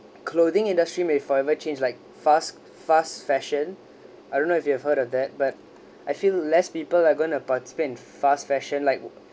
clothing industry may forever change like fast fast fashion I don't know if you've heard of that but I feel less people are going to but spend on fast fashion like